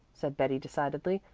said betty decidedly.